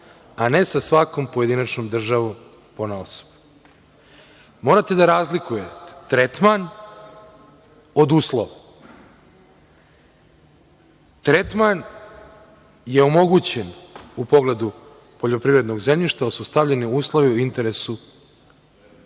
a ne sa svakom pojedinačnom državom ponaosob. Morate da razlikujete tretman od uslova. Tretman je omogućen u pogledu poljoprivrednog zemljišta, stavljeni su uslovi u interesu Srbije.